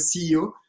CEO